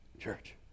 Church